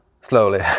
slowly